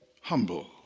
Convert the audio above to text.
humble